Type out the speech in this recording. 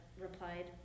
replied